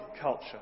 culture